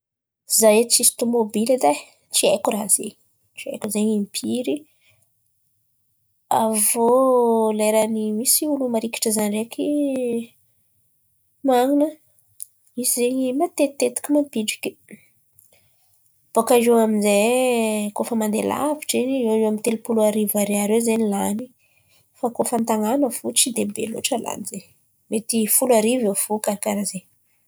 Izaho edy tsisy tômôbily edy e, tsy haiko ràha zen̈y, tsy haiko zen̈y impiry. Avy iô lera ny misy olo marikitry izaho ndraiky man̈ana, izy zen̈y matetitetiky mampidriky. Bôkà eo amin'izay kôa fa mandeha lavitry in̈y eo ho eo amin'ny telopolo arivo ariary eo zen̈y lan̈y fa kôa fa an-tan̈ana fo tsy dia be loatra lany zen̈y, mety folo arivo eo fo. Karà karàha zen̈y.